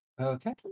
Okay